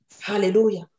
Hallelujah